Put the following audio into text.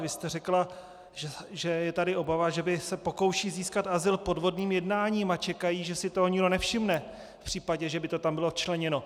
Vy jste řekla, že je tady obava, že by se pokoušeli získat azyl podvodným jednáním a čekají, že si toho nikdo nevšimne, v případě, že by to tam bylo včleněno.